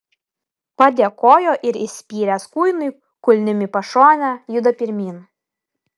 padėkojo ir įspyręs kuinui kulnim į pašonę juda pirmyn